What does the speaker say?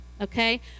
Okay